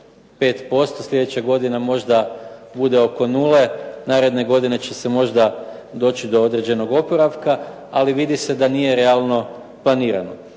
5%. Sljedeća godina možda bude oko nule, naredne godine će se možda doći do određenog oporavka, ali vidi se da nije realno planirano.